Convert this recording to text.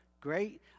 great